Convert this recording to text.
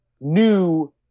new